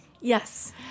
Yes